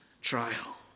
trial